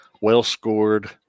well-scored